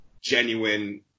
genuine